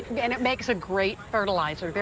and and it makes a great fertilizer.